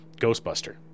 Ghostbuster